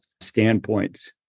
standpoints